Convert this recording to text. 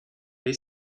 they